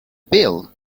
bill